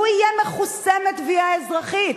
הוא יהיה מכוסה מתביעה אזרחית.